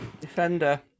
defender